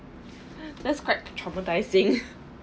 that's quite traumatising